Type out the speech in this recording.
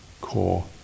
core